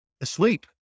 asleep